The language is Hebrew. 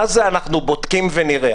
מה זה: "אנחנו בודקים ונראה"?